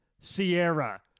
Sierra